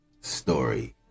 story